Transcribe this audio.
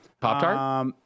Pop-Tart